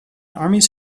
armies